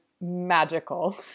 magical